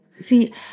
see